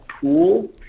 pool